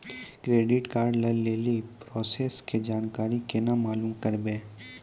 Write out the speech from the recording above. Credit card लय लेली process के जानकारी केना मालूम करबै?